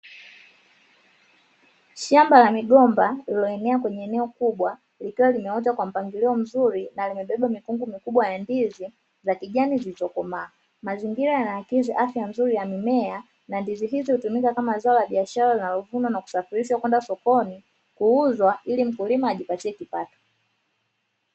Shamba la migomba lililoenea kwenye eneo kubwa, likiwa limeota kwa mpangilio mzuri na limebeba mikungu mikubwa ya ndizi, za kijani ziliizokomaa, mazingira yanaakisi afya nzuri ya mimea, na ndizi hizi hutumika kama zao la biashara linalovunwa na kusafirishwa kwenda sokoni, kuuzwa ili mkulima ajipatie kipato.